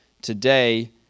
today